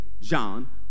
John